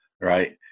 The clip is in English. right